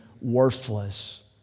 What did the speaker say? worthless